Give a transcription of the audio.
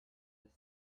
just